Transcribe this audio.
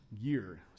year